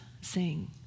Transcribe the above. sing